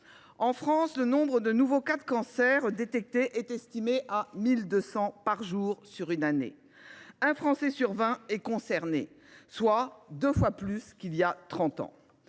En France, le nombre de nouveaux cas de cancers détectés est estimé à 1 200 par jour sur une année. Un Français sur vingt est concerné, soit deux fois plus qu’il y a trente